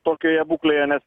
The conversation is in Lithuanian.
tokioje būklėje nes